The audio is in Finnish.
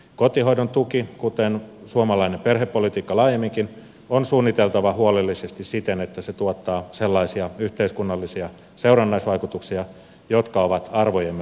kotihoidon tuki kuten suomalainen perhepolitiikka laajemminkin on suunniteltava huolellisesti siten että se tuottaa sellaisia yhteiskunnallisia seurannaisvaikutuksia jotka ovat arvojemme mukaisia